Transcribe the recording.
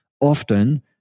Often